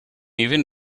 even